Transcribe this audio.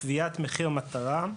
קביעת מחיר מטרה,